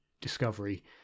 discovery